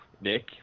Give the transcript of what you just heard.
Nick